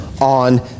on